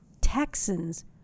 Texans